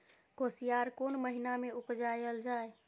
कोसयार कोन महिना मे उपजायल जाय?